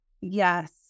Yes